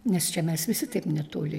nes čia mes visi taip netoli